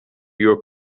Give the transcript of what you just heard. your